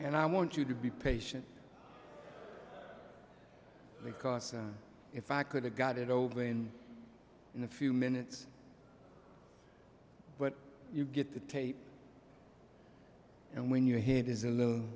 and i want you to be patient because if i could have got it over in in a few minutes but you get the tape and when your head is a little